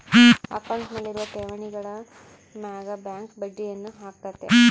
ಅಕೌಂಟ್ನಲ್ಲಿರುವ ಠೇವಣಿಗಳ ಮೇಗ ಬ್ಯಾಂಕ್ ಬಡ್ಡಿಯನ್ನ ಹಾಕ್ಕತೆ